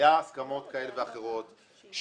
היו הסכמות כאלה ואחרות,